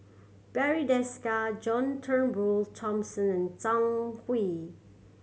Barry Desker John Turnbull Thomson and Zhang Hui